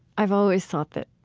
i've always thought that,